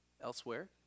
elsewhere